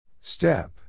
Step